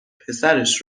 پسرش